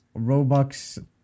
Robux